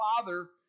Father